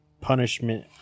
Punishment